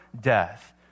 death